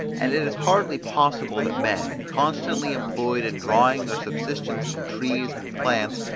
and it is hardly possible that men, constantly employed in drawing their subsistence from trees and plants,